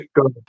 Go